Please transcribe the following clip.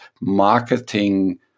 marketing